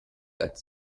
als